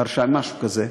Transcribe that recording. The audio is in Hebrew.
בר שי, משהו כזה.